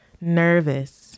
nervous